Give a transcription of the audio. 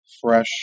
fresh